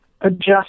adjust